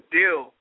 deal